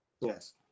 Yes